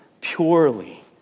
purely